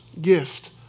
gift